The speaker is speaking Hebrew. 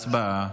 הצבעה.